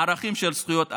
הערכים של זכויות אדם,